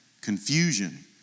confusion